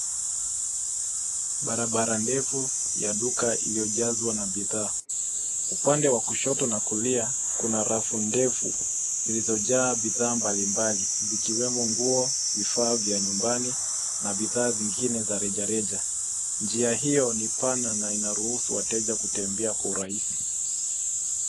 Barabara ndefu ya duka iliyojazwa na bidhaa. Upande wa kushoto na kulia, kuna rafu ndefu zilizojaa bidhaa mbali mbali, zikiwemo nguo, vifaa vya nyumbani, na bidhaa zingine za reja reja. Njia hiyo, ni pana na inaruhusu wateja kutembia kwa urahisi.